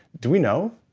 do we know?